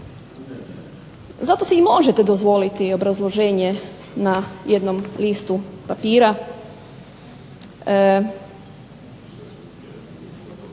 Zato si i možete dozvoliti obrazloženje na jednom listu papira.